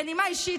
בנימה אישית,